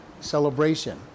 celebration